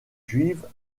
juive